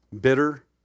Bitter